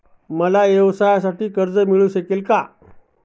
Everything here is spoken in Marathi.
मला व्यवसायासाठी कर्ज मिळू शकेल का?